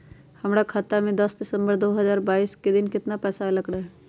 हमरा खाता में दस सितंबर दो हजार बाईस के दिन केतना पैसा अयलक रहे?